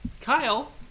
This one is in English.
Kyle